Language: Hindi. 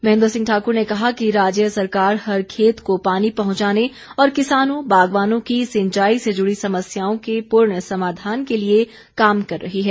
महेन्द्र सिंह ठाक्र ने कहा कि राज्य सरकार हर खेत को पानी पहुंचाने और किसानों बागवानों की सिंचाई से जुड़ी समस्याओं के पूर्ण समाधान के लिए काम कर रही है